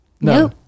No